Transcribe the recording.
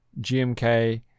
GMK